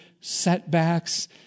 setbacks